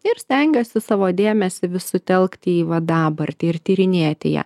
ir stengiuosi savo dėmesį vis sutelkt į va dabartį ir tyrinėti ją